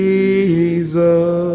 Jesus